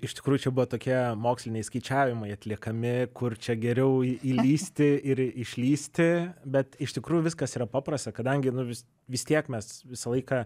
iš tikrųjų čia buvo tokie moksliniai skaičiavimai atliekami kur čia geriau įlįsti ir išlįsti bet iš tikrųjų viskas yra paprasta kadangi nu vis vis tiek mes visą laiką